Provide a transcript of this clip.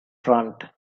front